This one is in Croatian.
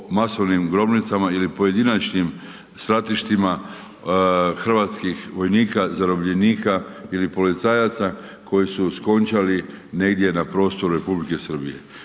masovnim grobnicama ili pojedinačnim stratištima hrvatskih vojnika, zarobljenika ili policajaca koji su skončali negdje na prostoru Republike Srbije.